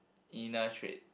inner trait